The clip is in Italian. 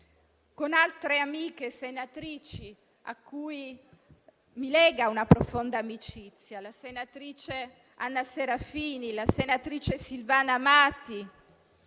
con altre amiche senatrici, a cui sono legata da una profonda amicizia - la senatrice Anna Serafini, la senatrice Silvana Amati